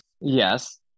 Yes